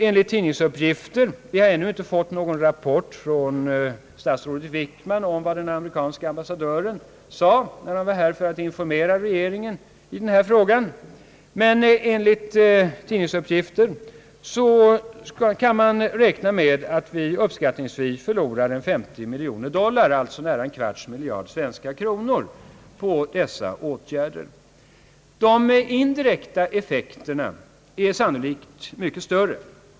Enligt tidningsuppgifter — vi har ännu inte fått någon rapport från statsrådet Wickman om vad den amerikanske ambassadören sade när han var här för att informera regeringen i denna fråga — kan vi uppskattningsvis räkna med att vi förlorar cirka 50 miljoner dollar, alltså en kvarts miljard svenska kronor, på dessa åtgärder. De indirekta effekterna är sannolikt mycket större.